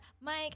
Mike